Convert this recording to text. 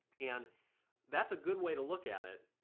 and that's a good way to look at it,